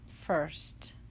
first